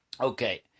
Okay